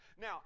Now